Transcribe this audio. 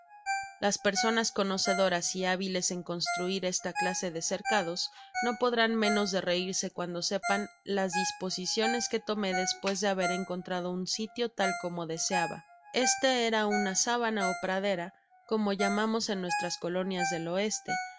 las personas conocedoras y hábiles en construir este clase de cercados no podrán menos de reirse cuando sepan las disposiciones que tomó despues de haber encontrado un sitio tal como deseaba este era una sábana ó pradera como llamamos en nuestras colonias del oeste